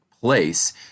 place